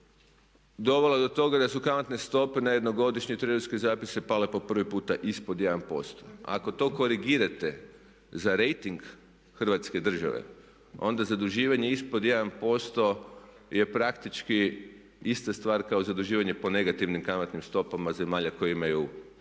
dovela do toga da su kamatne stope na jednogodišnje trezorske zapise pale po prvi puta ispod 1%. Ako to korigirate za rejting Hrvatske države onda zaduživanje ispod 1% je praktički ista stvar kao zaduživanje po negativnim kamatnim stopama zemalja koje imaju